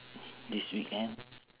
this weekend